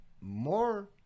more